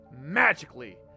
magically